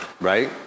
Right